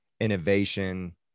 innovation